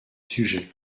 sujet